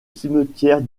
cimetière